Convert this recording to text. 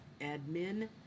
admin